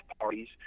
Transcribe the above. parties